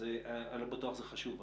אני לא בטוח שזה חשוב.